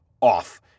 off